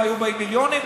אם היו באים מיליונים?